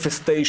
0-9,